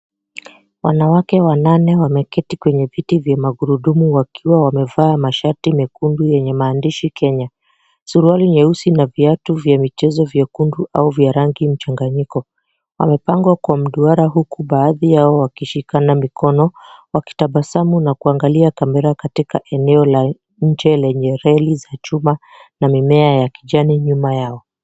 Wanawake wanane wameketi kwenye viti vya magurudumu wakiwa wamevaa mashati mekundu yenye maandishi Kenya. Suruali nyeusi na viatu vya michezo vyekundu au vya rangi mchanganyiko. Wamepangwa kwa mduara huku baadhi yao wakishikana mikono wakitabasamu na kuangalia kamera katika eneo la nje lenye reli za chuma na mimea ya kijani nyuma yao.